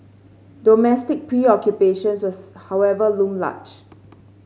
domestic preoccupations was however loom large